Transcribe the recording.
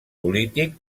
polític